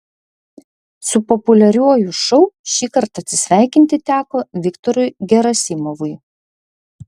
su populiariuoju šou šįkart atsisveikinti teko viktorui gerasimovui